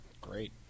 great